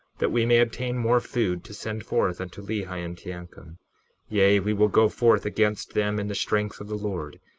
that we may obtain more food to send forth unto lehi and teancum yea, we will go forth against them in the strength of the lord,